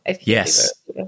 Yes